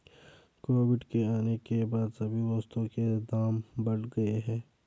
Covid के आने के बाद सभी वस्तुओं के दाम बढ़ गए हैं